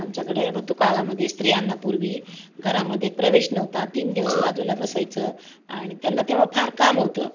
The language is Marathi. आमच्याकडे ऋतुकाळामध्ये स्त्रियांना पूर्वी घरामध्ये प्रवेश नव्हता तीन दिवस बाजूला बसायचं आणि त्यांना तेव्हा फार काम होतं